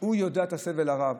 יודע את הסבל הרב,